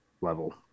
level